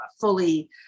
fully